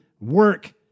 work